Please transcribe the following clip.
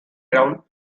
around